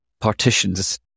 partitions